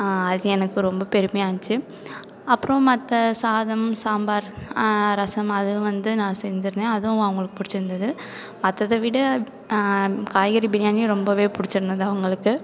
அது எனக்கு ரொம்ப பெருமையாக இருந்துச்சி அப்பறம் மற்ற சாதம் சாம்பார் ரசம் அதுவும் வந்து நான் செஞ்சிருந்தேன் அதுவும் அவங்களுக்கு பிடிச்சிருந்தது மற்றத விட காய்கறி பிரியாணி ரொம்பவே பிடிச்சிருந்தது அவங்களுக்கு